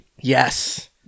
Yes